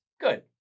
good